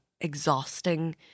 exhausting